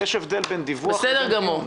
בסדר גמור.